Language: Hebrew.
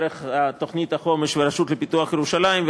דרך תוכנית החומש והרשות לפיתוח ירושלים,